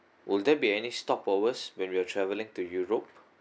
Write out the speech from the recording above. will there be any stopovers when we're traveling to europe